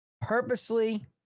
purposely